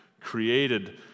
created